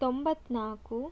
ತೊಂಬತ್ನಾಲ್ಕು